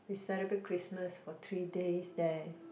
we celebrate Christmas for three days there